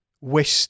Wish